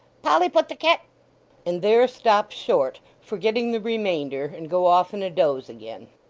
polly put the ket and there stop short, forgetting the remainder, and go off in a doze again.